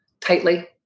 tightly